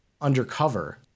undercover